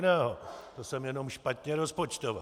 To jsem jenom špatně rozpočtoval.